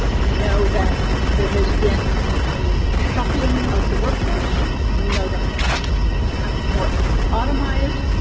we know that there has been a shuffling of the workforce. we know that and more automized,